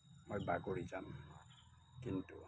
মই বাগৰি যাম কিন্তু